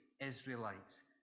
Israelites